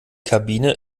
kabine